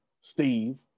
Steve